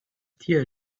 tier